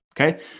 Okay